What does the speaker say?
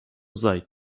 sei